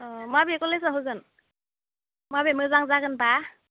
अ माबे कलेजाव होगोन माबे मोजां जागोन बा